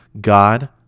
God